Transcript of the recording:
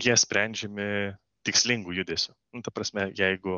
jie sprendžiami tikslingu judesiu nu ta prasme jeigu